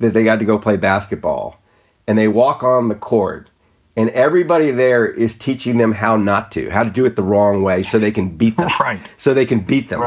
that they got to go play basketball and they walk on the court and everybody there is teaching them how not to how to do it the wrong way so they can beat the price so they can beat them.